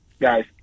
guys